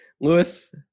Lewis